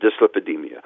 dyslipidemia